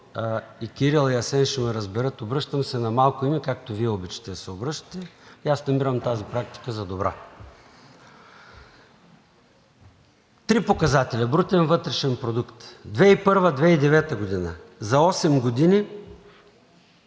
и Кирил, и Асен ще ме разберат. Обръщам се на малко име, както Вие обичате да се обръщате, и аз намирам тази практика за добра. Три показателя: брутен вътрешен продукт 2001 – 2009 г. – за осем години